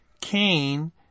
Cain